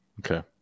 okay